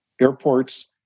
airports